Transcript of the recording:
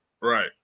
Right